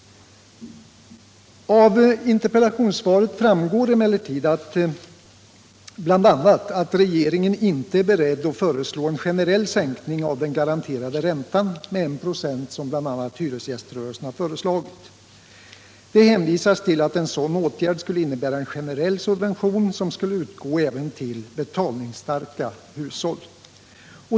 Av interpellationssvaret framgår bl.a. att regeringen inte är beredd att föreslå en generell sänkning av den garanterade räntan med 1 96, vilket t.ex. hyresgäströrelsen har föreslagit. Det hänvisas till att en sådan åtgärd skulle innebära en generell subvention, som skulle utgå även till betalningsstarka hushåll.